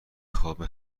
خواب